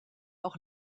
auch